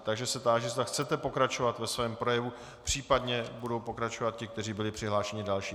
Takže se táži, zda chcete pokračovat ve svém projevu, případně budou pokračovat ti, kteří byli přihlášení další.